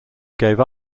gave